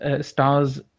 stars